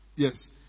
Yes